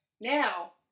Now